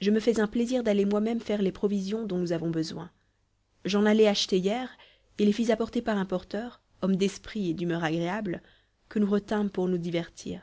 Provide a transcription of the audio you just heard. je me fais un plaisir d'aller moi-même faire les provisions dont nous avons besoin j'en allai acheter hier et les fis apporter par un porteur homme d'esprit et d'humeur agréable que nous retînmes pour nous divertir